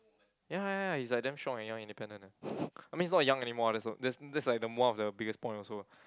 ya ya he's like damn strong and young independent eh I mean he's not young anymore that's that's like the one of the biggest point also